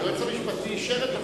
היועץ המשפטי אישר את החוק.